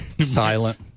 Silent